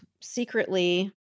secretly